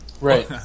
right